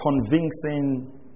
convincing